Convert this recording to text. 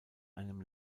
einem